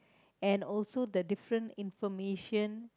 and also the different information